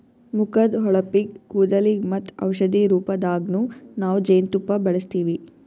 ಮುಖದ್ದ್ ಹೊಳಪಿಗ್, ಕೂದಲಿಗ್ ಮತ್ತ್ ಔಷಧಿ ರೂಪದಾಗನ್ನು ನಾವ್ ಜೇನ್ತುಪ್ಪ ಬಳಸ್ತೀವಿ